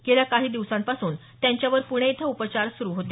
गेल्या काही दिवसांपासून त्यांच्यावर पुणे इथं उपचार सुरु होते